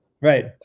right